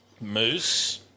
Moose